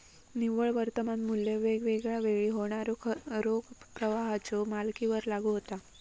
निव्वळ वर्तमान मू्ल्य वेगवेगळा वेळी होणाऱ्यो रोख प्रवाहाच्यो मालिकेवर लागू होता